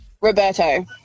Roberto